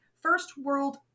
first-world